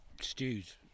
Stews